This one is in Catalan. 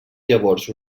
llavors